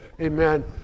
amen